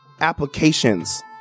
applications